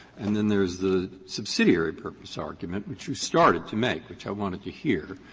and then there is the subsidiary purpose argument, which you started to make, which i wanted to hear,